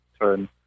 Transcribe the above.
turn